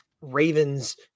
Ravens